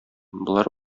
болар